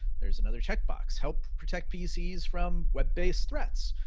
there's another checkbox, help protect pcs from web based threats.